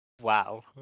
Wow